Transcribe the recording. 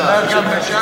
אדוני היושב-ראש,